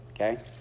okay